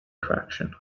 attraction